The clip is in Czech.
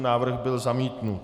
Návrh byl zamítnut.